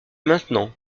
maintenant